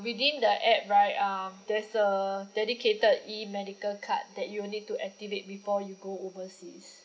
within the app right um there's a dedicated E medical card that you'll need to activate before you go overseas